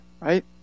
right